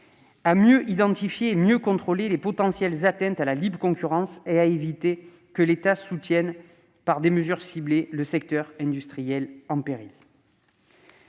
de mieux identifier et contrôler les potentielles atteintes à la libre concurrence et d'éviter que l'État ne soutienne, par des mesures ciblées, un secteur industriel en péril,